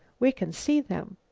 we can see them.